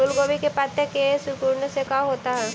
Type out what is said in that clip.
फूल गोभी के पत्ते के सिकुड़ने से का होता है?